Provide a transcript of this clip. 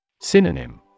Synonym